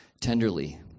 tenderly